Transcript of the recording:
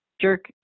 jerk